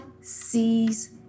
sees